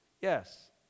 Yes